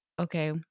okay